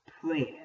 prayer